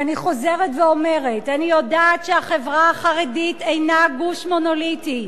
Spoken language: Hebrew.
ואני חוזרת ואומרת: אני יודעת שהחברה החרדית אינה גוש מונוליטי,